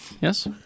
Yes